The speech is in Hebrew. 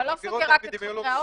אתה לא סוגר רק את חדרי האוכל.